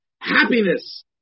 Happiness